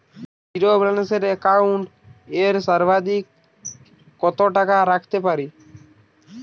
Zero balance account এ সর্বাধিক কত টাকা রাখতে পারি?